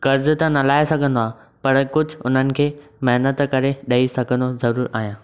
कर्ज़ु त न लाहे सघंदो आं पर कुझु हुननि खे महिनत करे ॾेई सघंदो ज़रूरु आहियां